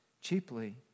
cheaply